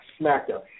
SmackDown